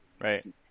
Right